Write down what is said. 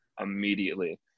immediately